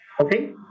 Okay